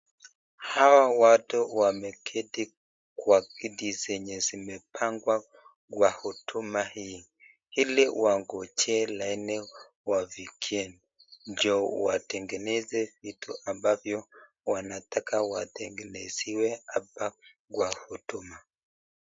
Hawa watu wameketi kwa viti zenye zimepangwa kwa huduma hii, ili wagonjee laini wafikia ndio wategeneze vitu ambavyo wanataka wategenezewe hapa kwa huduma.